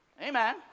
Amen